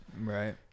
Right